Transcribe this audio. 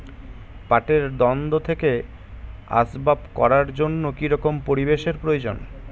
পাটের দণ্ড থেকে আসবাব করার জন্য কি রকম পরিবেশ এর প্রয়োজন?